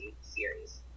series